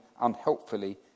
unhelpfully